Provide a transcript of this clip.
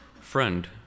friend